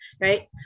right